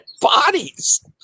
bodies